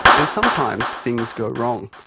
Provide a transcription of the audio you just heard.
and sometimes things go wrong.